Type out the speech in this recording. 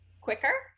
quicker